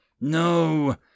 No